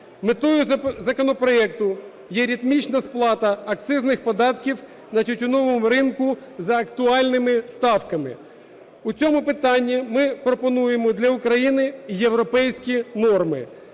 Метою законопроекту є ритмічна сплата акцизних податків на тютюновому ринку за актуальними ставками. У цьому питанні ми пропонуємо для України європейські норми.